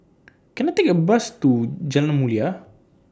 Can I Take A Bus to Jalan Mulia